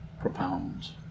propounds